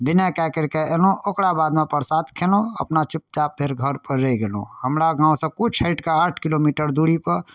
बिनय कए करके एलहुॅं ओकरा बादमे प्रसाद खेलहुॅं अपना चुपचाप फेर घर पर रहि गेलहुॅं हमरा गाँव सऽ किछु हटि कऽ आठ किलोमीटर दूरी पर